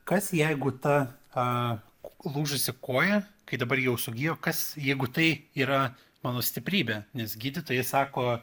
kas jeigu ta a lūžusi koja kai dabar jau sugijo kas jeigu tai yra mano stiprybė nes gydytojai sako